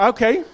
Okay